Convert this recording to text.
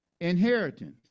inheritance